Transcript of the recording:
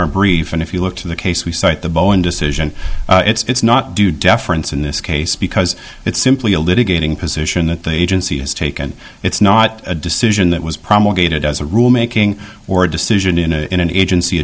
our brief and if you look to the case we cite the boeing decision it's not due deference in this case because it's simply a little gaining position that the agency has taken it's not a decision that was promulgated as a rule making or a decision in a in an agency